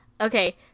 okay